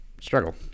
struggle